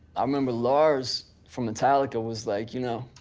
i remember lars from metallica was like, you know,